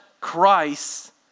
Christ